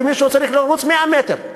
ומישהו צריך לרוץ 100 מטר,